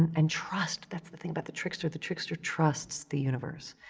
and trust. that's the thing about the trickster, the trickster trusts the universe.